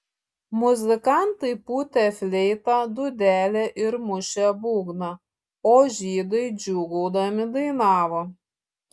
muzikantai pūtė fleitą dūdelę ir mušė būgną o žydai džiūgaudami dainavo